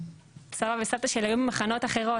סבא וסבתא שלי היו במחנות אחרים,